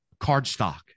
cardstock